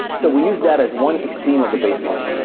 so we use that is one extreme of the baseline.